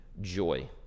joy